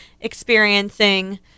experiencing